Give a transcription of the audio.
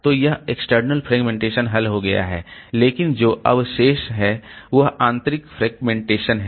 तो यह external fragmentation हल हो गया है लेकिन जो अवशेष है वह आंतरिक फ्रेगमेंटेशन है